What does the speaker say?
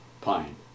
pine